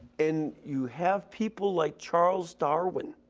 and you have people like charles darwin,